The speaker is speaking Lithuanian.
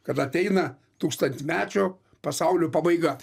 kad ateina tūkstantmečio pasaulio pabaiga